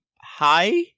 hi